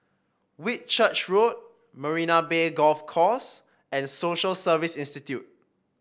Whitchurch Road Marina Bay Golf Course and Social Service Institute